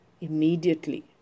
immediately